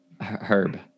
Herb